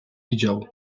widział